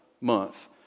month